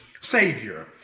savior